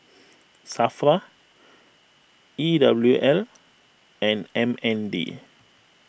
Safra E W L and M N D